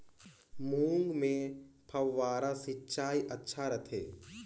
मूंग मे फव्वारा सिंचाई अच्छा रथे?